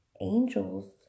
angels